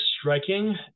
striking